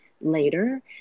later